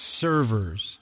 servers